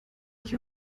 ich